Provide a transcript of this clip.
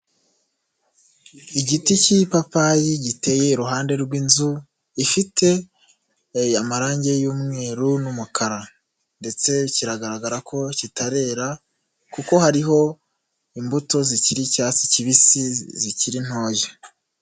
Igiti cy'ipapayi giteye iruhande rw'inzu ifite amarangi y'umweru n'umukara, ndetse kigaragara ko kitarera, kuko hariho imbuto zikiri icyatsi kibisi zikiri ntoya.